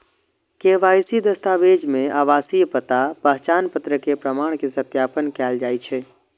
KYC दस्तावेज मे आवासीय पता, पहचान पत्र के प्रमाण के सत्यापन कैल जाइ छै